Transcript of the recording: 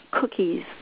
cookies